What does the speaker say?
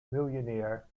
millionaire